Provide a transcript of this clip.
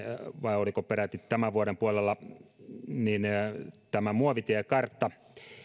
vai oliko peräti tämän vuoden puolella muovitiekartta